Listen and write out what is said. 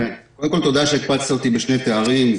קודם כול, תודה שהקפצת אותי בשני תארים.